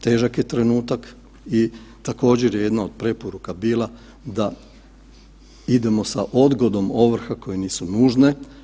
Težak je trenutak i također je jedna od preporuka bila da idemo sa odgodom ovrha koje nisu nužne.